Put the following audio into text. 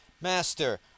Master